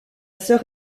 sœur